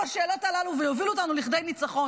השאלות הללו ולהוביל אותנו לניצחון.